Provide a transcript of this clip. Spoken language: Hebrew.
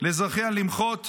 לאזרחיה למחות